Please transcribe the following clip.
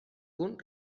punt